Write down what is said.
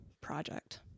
project